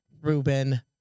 Ruben